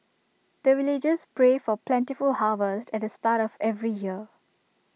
the villagers pray for plentiful harvest at the start of every year